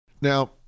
now